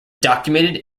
documented